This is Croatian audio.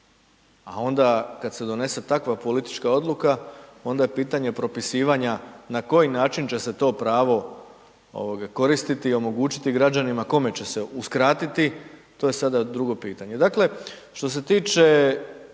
a onda kad se donese takva politička odluka onda je pitanje propisivanja na koji način će se to pravo koristiti i omogućiti građanima, kome će se uskratiti, to je sada drugo pitanje.